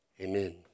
Amen